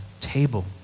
table